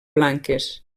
blanques